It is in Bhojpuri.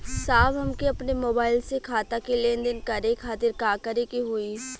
साहब हमके अपने मोबाइल से खाता के लेनदेन करे खातिर का करे के होई?